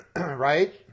right